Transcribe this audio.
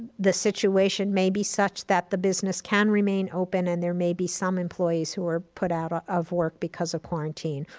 the situation may be such that the business can remain open and there may be some employees who are put out ah of work because of quarantine,